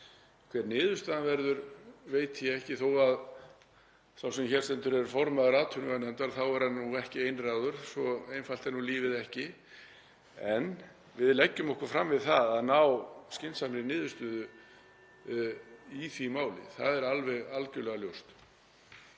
Hver niðurstaðan verður veit ég ekki og þó að sá sem hér stendur sé formaður atvinnuveganefndar þá er hann ekki einráður, svo einfalt er nú lífið ekki. En við leggjum okkur fram við að ná (Forseti hringir.) skynsamlegri niðurstöðu í því máli. Það er alveg algjörlega ljóst.